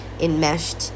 enmeshed